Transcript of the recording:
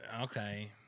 okay